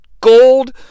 gold